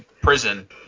prison